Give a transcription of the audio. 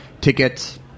tickets